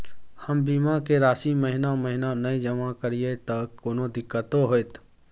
हम बीमा के राशि महीना महीना नय जमा करिए त कोनो दिक्कतों होतय?